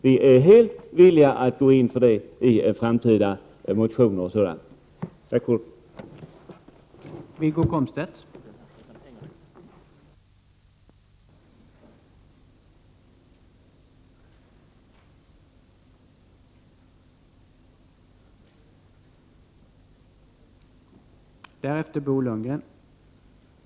Vi är helt inställda på att följa den politiken i framtida motioner och på annat sätt. Tack för ordet.